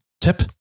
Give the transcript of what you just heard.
tip